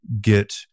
get